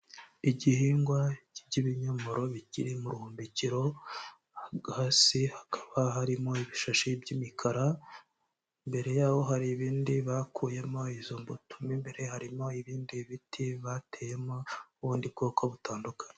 Igihingwa by'ibinyomoro bikiri mu ruhumbikiro, hasi hakaba harimo ibishashi by'imikara, imbere yaho hari ibindi bakuyemo izo mbuto, mo imbere harimo ibindi biti bateyemo ubundi bwoko butandukanye.